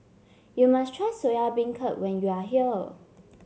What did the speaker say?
you must try Soya Beancurd when you are here